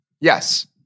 Yes